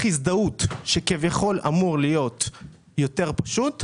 הזדהות שכביכול אמור להיות יותר פשוט,